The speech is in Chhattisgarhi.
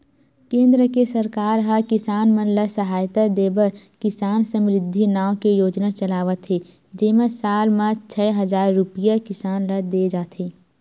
केंद्र के सरकार ह किसान मन ल सहायता देबर किसान समरिद्धि नाव के योजना चलावत हे जेमा साल म छै हजार रूपिया किसान ल दे जाथे